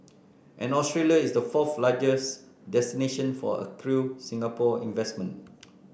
and Australia is the fourth largest destination for accrued Singapore investment